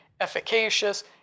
efficacious